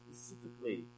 specifically